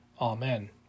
Amen